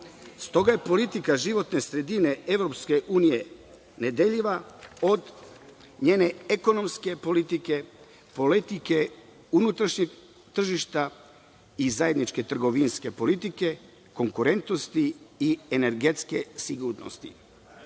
S toga je politika životne sredine EU nedeljiva od njene ekonomske politike, politike unutrašnjeg tržišta i zajedničke trgovinske politike, konkurentnosti i energetske sigurnosti. Pravna